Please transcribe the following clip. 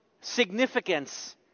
significance